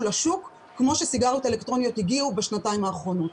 לשוק כמו שהסיגריות האלקטרוניות הגיעו בשנתיים האחרונות.